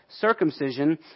circumcision